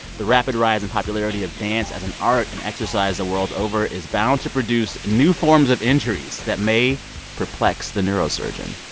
the rapid rise in popularity of dance as an art and exercise the world over is bound to produce new forms of injuries that may perplex the neurosurgeon.